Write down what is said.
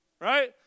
Right